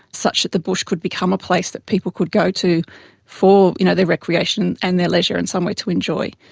such that the bush could become a place that people could go to for you know their recreation and their leisure and somewhere to enjoy.